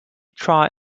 try